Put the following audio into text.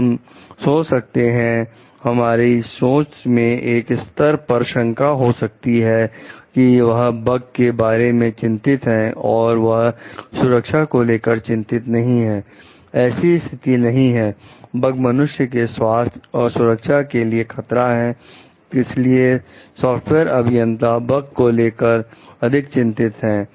तो हम सोच सकते हैं हमारी सोच में एक स्तर पर शंका हो सकती है कि वह बग के के बारे में चिंतित हैं और वह सुरक्षा को लेकर चिंतित नहीं है ऐसी स्थिति नहीं है बग मनुष्य के स्वास्थ्य और सुरक्षा के लिए खतरा हैं इसीलिए सॉफ्टवेयर अभियंता बग को लेकर अधिक चिंतित हैं